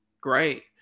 great